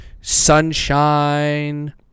sunshine